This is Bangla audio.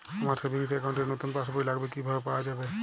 আমার সেভিংস অ্যাকাউন্ট র নতুন পাসবই লাগবে, কিভাবে পাওয়া যাবে?